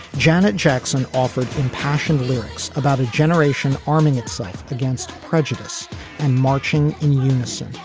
janet jackson offered impassioned lyrics about a generation arming itself against prejudice and marching in unison